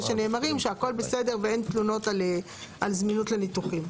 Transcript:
שנאמרים שהכול בסדר ושאין תלונות על זמינות לניתוחים.